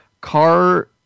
car